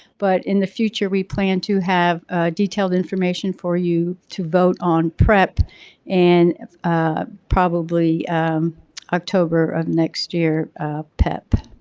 but in the future we plan to have a detailed information for you to vote on prep and in ah probably october of next year pep.